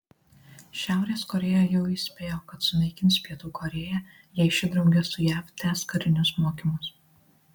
šiaurės korėja jau įspėjo kad sunaikins pietų korėją jei ši drauge su jav tęs karinius mokymus